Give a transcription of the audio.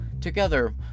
together